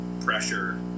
pressure